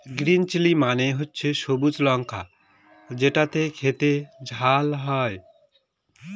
green chilli মানে হচ্ছে সবুজ লঙ্কা যেটা খেতে ঝাল হয়